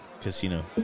Casino